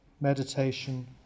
meditation